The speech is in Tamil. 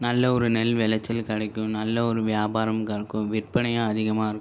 நல்ல ஒரு நெல் விளச்சல் கெடைக்கும் நல்ல ஒரு வியாபாரம் நடக்கும் விற்பனையும் அதிகமாருக்கும்